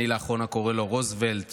אני לאחרונה קורא לו רוזוולט,